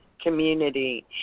Community